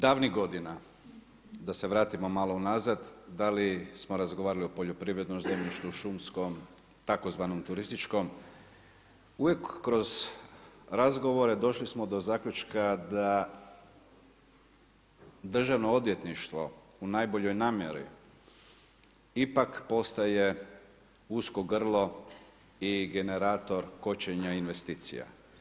Dakle, davnih godina da se vratimo malo unazad da li smo razgovarali o poljoprivrednom zemljištu, šumskom, tzv. turističkom uvijek kroz razgovore došli smo do zaključka da Državno odvjetništvo u najboljoj namjeri ipak postaje usko grlo i generator kočenja investicija.